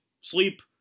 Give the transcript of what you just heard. sleep